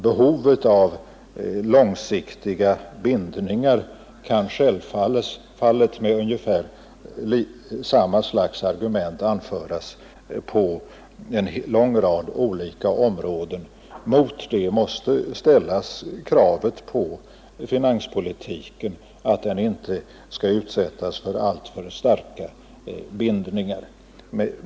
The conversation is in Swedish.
Det kan självfallet med ungefär samma slags argument anföras att behovet av långsiktiga bindningar finns på en lång rad olika områden. Mot det måste ställas kravet att inte finanspolitiken skall utsättas för alltför starka bindningar. Fru talman!